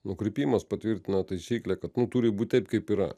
nukrypimas patvirtina taisyklę kad turi būt taip kaip yra